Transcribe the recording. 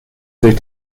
sich